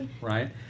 Right